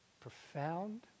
profound